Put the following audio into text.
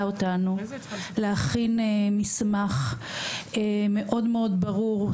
אותנו להכין מסמך מאוד מאוד ברור,